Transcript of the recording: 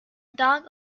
dog